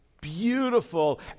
beautiful